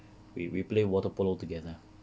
we we play water polo together